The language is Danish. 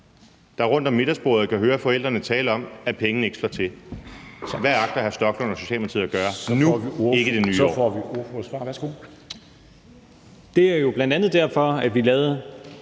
der rundt om middagsbordet kan høre forældrene tale om, at pengene ikke slår til? Hvad agter hr. Rasmus Stoklund og Socialdemokratiet at gøre nu – ikke i det nye år?